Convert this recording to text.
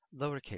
lowercase